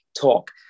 talk